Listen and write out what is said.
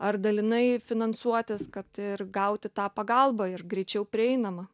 ar dalinai finansuotis kad ir gauti tą pagalbą ir greičiau prieinamą